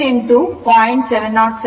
707 7